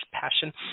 Passion